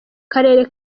karere